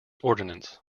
ordinance